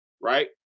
Right